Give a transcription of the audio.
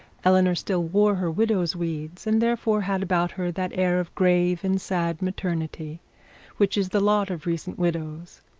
eleanor still wore her widow's weeds, and therefore had about her that air of grave and sad maternity which is the lot of recent widows.